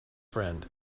friend